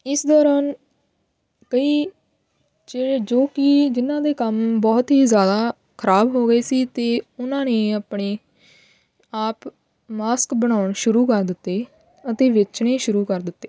ਇਸ ਦੌਰਾਨ ਕਈ ਜਿਹੜੇ ਜੋ ਕਿ ਜਿਨ੍ਹਾਂ ਦੇ ਕੰਮ ਬਹੁਤ ਹੀ ਜ਼ਿਆਦਾ ਖ਼ਰਾਬ ਹੋ ਗਏ ਸੀ ਤਾਂ ਉਹਨਾਂ ਨੇ ਆਪਣੇ ਆਪ ਮਾਸਕ ਬਣਾਉਣ ਸ਼ੁਰੂ ਕਰ ਦਿੱਤੇ ਅਤੇ ਵੇਚਣੇ ਸ਼ੁਰੂ ਕਰ ਦਿੱਤੇ